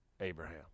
Abraham